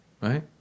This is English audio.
Right